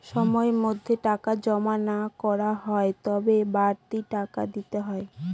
সময়ের মধ্যে টাকা যদি জমা না করা হয় তবে বাড়তি টাকা দিতে হয়